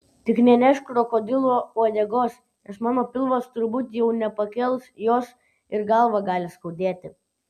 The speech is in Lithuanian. tik nenešk krokodilo uodegos nes mano pilvas turbūt jau nepakels jos ir galvą gali skaudėti